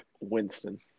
Winston